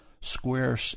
square